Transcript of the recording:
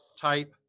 type